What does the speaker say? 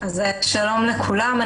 שלום לכולם.